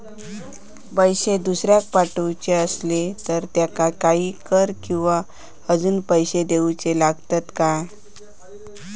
पैशे दुसऱ्याक पाठवूचे आसले तर त्याका काही कर किवा अजून पैशे देऊचे लागतत काय?